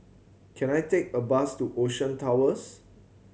can I take a bus to Ocean Towers